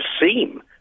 seem